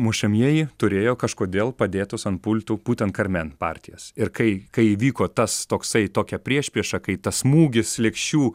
mušamieji turėjo kažkodėl padėtus ant pultų būtent karmen partijas ir kai kai įvyko tas toksai tokia priešprieša kai tas smūgis lėkščių